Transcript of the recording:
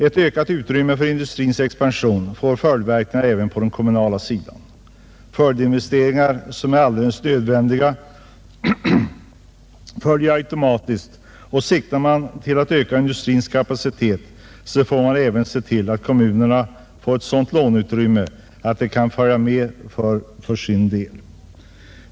Ett ökat utrymme för industrins expansion får verkningar även på den kommunala sidan, där investeringar som är alldeles nödvändiga följer automatiskt. Siktar man till att öka industrins kapacitet, måste man därför se till att kommunerna får ett sådant låneutrymme att de för sin del kan följa med i utvecklingen.